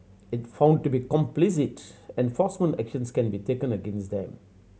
if found to be complicit enforcement actions can be taken against them